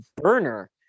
burner